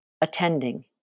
Attending